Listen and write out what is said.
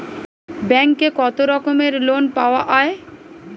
ব্যাঙ্কে কত রকমের লোন পাওয়া য়ায়?